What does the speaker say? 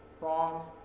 Wrong